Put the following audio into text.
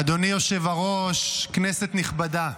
אדוני היושב-ראש, כנסת נכבדה.